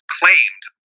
claimed